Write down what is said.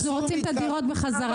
אנחנו רוצים את הדירות בחזרה.